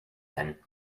then